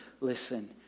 listen